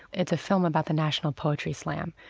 it's a film about the national poetry slam,